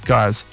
Guys